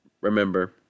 Remember